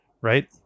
Right